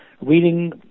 reading